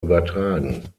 übertragen